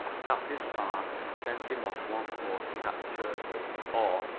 captain spark sent him off once more to catch turtles, or,